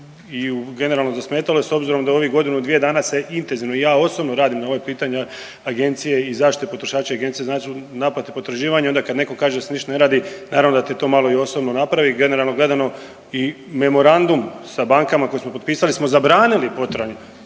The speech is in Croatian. i u generalno zasmetalo je s obzirom da ovih godinu, dvije dana se intenzivno i ja osobno radim na ovo pitanja agencije i zaštite potrošača i agencija naplata potraživanje, da kad netko kaže se ništa ne radi, naravno da te to malo i osobno napravi, generalno gledano i memorandum sa bankama koji smo potpisali smo zabranili prodaju